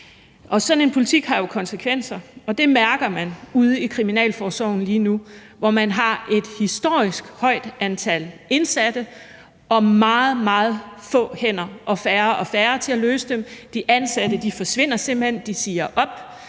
Sådan en politik har jo konsekvenser, og det mærker man ude i kriminalforsorgen lige nu, hvor man har et historisk højt antal indsatte og meget, meget få hænder, færre og færre, til at løse opgaverne. De ansatte forsvinder simpelt hen; de siger op;